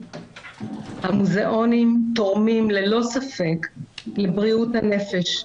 המוזיאונים תורמים ללא ספק לבריאות הנפש,